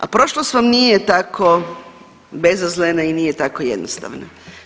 A prošlost vam nije tako bezazlena i nije tako jednostavna.